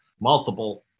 multiple